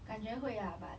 感觉会 ah but